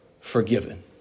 forgiven